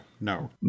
no